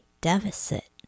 deficit